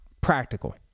practical